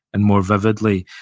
and more vividly.